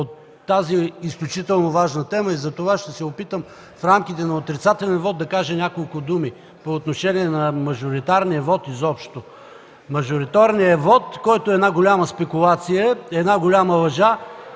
мажоритарният вот, който е една голяма спекулация, една голяма лъжа.